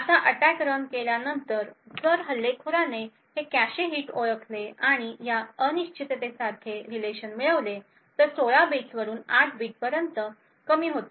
आता attack run केल्यानंतर जर हल्लेखोराने हे कॅशे हिट ओळखले आणि या अनिश्चिततेसारखे रिलेशन मिळवले तर ते 16 बिट्स वरून 8 बिटपर्यंत कमी होते